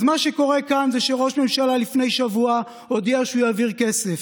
אז מה שקורה כאן זה שראש ממשלה לפני שבוע הודיע שהוא יעביר כסף.